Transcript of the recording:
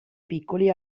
piccoli